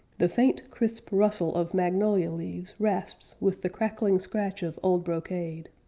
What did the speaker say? the faint, crisp rustle of magnolia leaves rasps with the crackling scratch of old brocade,